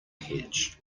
hedge